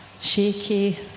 shaky